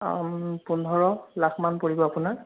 পোন্ধৰ লাখ মান পৰিব আপোনাৰ